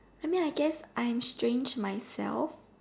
I mean I guess I'm strange myself